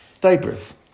Diapers